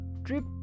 trip